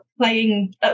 playing